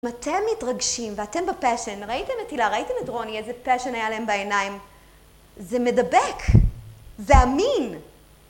אם אתם מתרגשים ואתם בפאשן ראיתם את הילה ראיתם את רוני, איזה פאשן היה להם בעיניים זה מדבק! זה אמין!